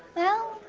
well,